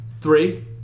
Three